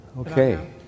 Okay